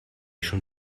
schon